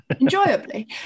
enjoyably